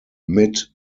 mid